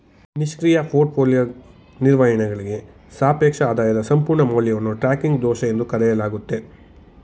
ನಿಷ್ಕ್ರಿಯ ಪೋರ್ಟ್ಫೋಲಿಯೋ ನಿರ್ವಹಣೆಯಾಳ್ಗ ಸಾಪೇಕ್ಷ ಆದಾಯದ ಸಂಪೂರ್ಣ ಮೌಲ್ಯವನ್ನು ಟ್ರ್ಯಾಕಿಂಗ್ ದೋಷ ಎಂದು ಕರೆಯಲಾಗುತ್ತೆ